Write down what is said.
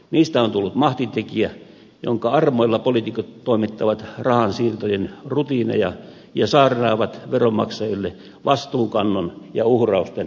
niistä on tullut mahtitekijä jonka armoilla poliitikot toimittavat rahansiirtojen rutiineja ja saarnaavat veronmaksajille vastuunkannon ja uhrausten välttämättömyyttä